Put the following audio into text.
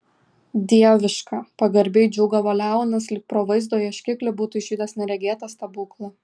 dieviška pagarbiai džiūgavo leonas lyg pro vaizdo ieškiklį būtų išvydęs neregėtą stebuklą